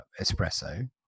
espresso